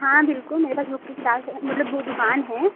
हाँ बिल्कुल मेरे पास बुक की किताब है मतलब वो दुकान है